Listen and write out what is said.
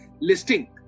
listing